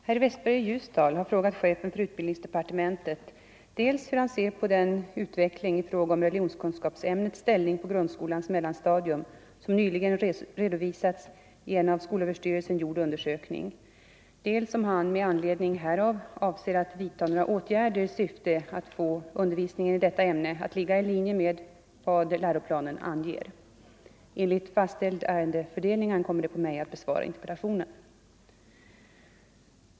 Herr talman! Herr Westberg i Ljusdal har frågat chefen för utbildningsdepartementet dels hur han ser på den utveckling i fråga om religionskunskapsämnets ställning på grundskolans mellanstadium som nyligen redovisats i en av skolöverstyrelsen gjord undersökning, dels om han med anledning härav avser att vidta några åtgärder i syfte att få undervisningen i detta ämne att ligga i linje med vad läroplanen anger. Enligt fastställd ärendefördelning ankommer det på mig att besvara interpellationen.